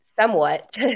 somewhat